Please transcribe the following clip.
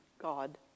God